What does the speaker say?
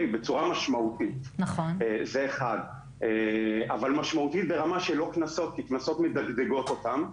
אבל לא ברמה של קנסות, כי קנסות מדגדגות אותם.